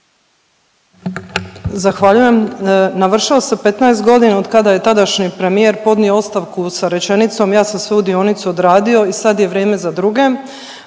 Zahvaljujem. Navršava se 15 godina od kada je tadašnji premijer podnio ostavku sa rečenicom ja sam svoju dionicu odradio i sad je vrijeme za druge,